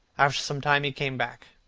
after some time he came back.